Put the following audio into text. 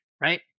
Right